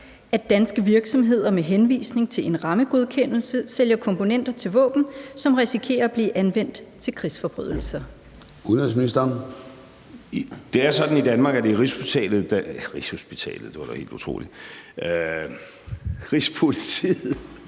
at danske virksomheder med henvisning til en rammegodkendelse sælger komponenter til våben, som risikerer at blive anvendt til krigsforbrydelser?